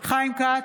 חיים כץ,